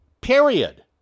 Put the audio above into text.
period